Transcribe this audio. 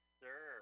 sir